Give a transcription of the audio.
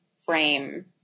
frame